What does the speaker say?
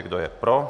Kdo je pro?